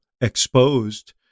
exposed